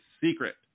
secret